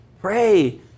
pray